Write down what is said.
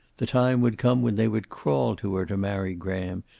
the time would come when they would crawl to her to marry graham,